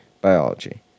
biology